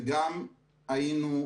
גם כשהיינו,